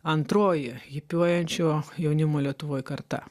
antroji hipiuojančio jaunimo lietuvoj karta